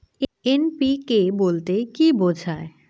NPK বলতে কী বোঝায়?